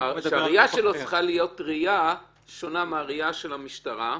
הראייה שלו צריכה להיות ראייה שונה מהראייה של המשטרה.